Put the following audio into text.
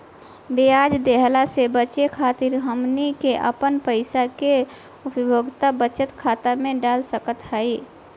ब्याज देहला से बचे खातिर हमनी के अपन पईसा के व्यक्तिगत बचत खाता में डाल सकत हई